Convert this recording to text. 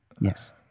yes